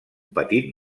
petit